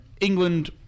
England